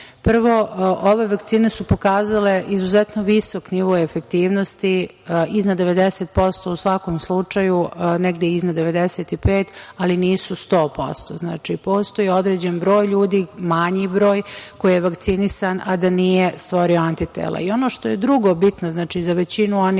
Prvo, ove vakcine su pokazale izuzetno visok nivo efektivnosti, iznad 90% u svakom slučaju, a negde i iznad 95%, ali nisu 100%. Znači, postoji određen broj ljudi, manji broj, koji je vakcinisan, a da nije stvorio antitela. Ono što je drugo bitno za većinu onih